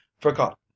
forgotten